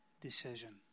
decision